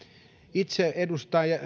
itse edustan